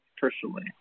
personally